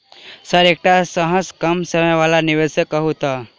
Sir एकटा सबसँ कम समय वला निवेश कहु तऽ?